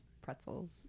pretzels